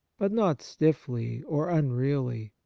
but not stiffly or unreally.